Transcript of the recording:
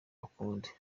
ukundi